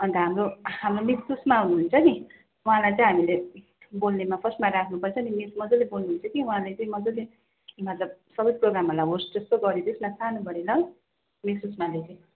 अन्त हाम्रो हाम्रो मिस सुष्मा हुनुहुन्छ नि उहाँलाई चाहिँ हामीले बोल्नेमा फर्स्टमा राख्नु पर्छ मिस मजाले बोल्नुहुन्छ कि उहाँले चाहिँ मजाले मतलब सबै प्रोग्रामहरूलाई होस्ट जस्तो गरिदियोस् न सोनोबढे ल मिस सुष्माले चाहिँ